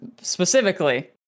specifically